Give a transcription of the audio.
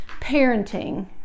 parenting